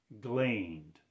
gleaned